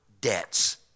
debts